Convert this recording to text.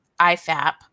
IFAP